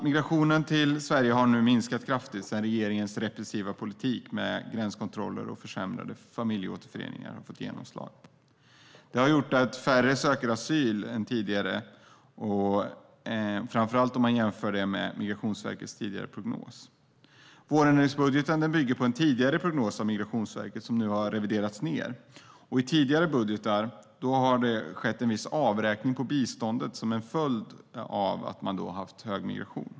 Migrationen till Sverige har minskat kraftigt sedan regeringens repressiva politik med gränskontroller och försämrad familjeåterförening fått genomslag. Det har gjort att färre än tidigare söker asyl, framför allt jämfört med Migrationsverkets tidigare prognos. Vårändringsbudgeten bygger på en tidigare prognos av Migrationsverket som nu har reviderats ned. I tidigare budgetar har det skett en viss avräkning på biståndet som en följd av hög migration.